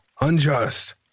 unjust